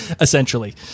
essentially